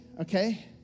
okay